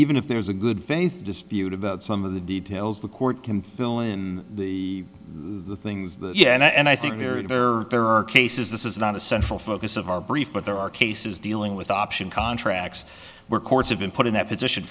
even if there's a good faith dispute about some of the details the court can fill in the the things that you and i think there are there are cases this is not a central focus of our brief but there are cases dealing with option contracts were courts have been put in that position